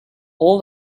all